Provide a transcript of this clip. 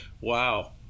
Wow